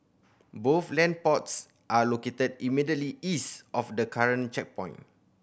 both land plots are located immediately east of the current checkpoint